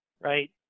right